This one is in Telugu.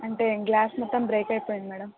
అంటే గ్లాస్ మొత్తం బ్రేక్ అయిపోయింది మేడం